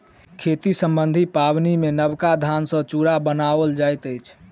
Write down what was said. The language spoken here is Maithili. खेती सम्बन्धी पाबनिमे नबका धान सॅ चूड़ा बनाओल जाइत अछि